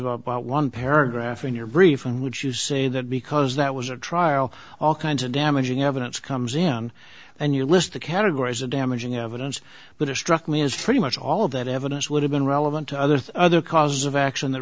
about one paragraph in your brief in which you say that because that was a trial all kinds of damaging evidence comes in and you list the categories of damaging evidence but it struck me as pretty much all that evidence would have been relevant to others other causes of action th